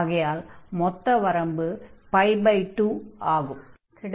ஆகையால் மொத்த வரம்பு 2 ஆகும்